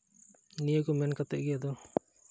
ᱱᱤᱭᱟᱹ ᱠᱚ ᱢᱮᱱ ᱠᱟᱛᱮᱫ ᱜᱮ ᱟᱫᱚ